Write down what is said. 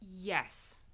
Yes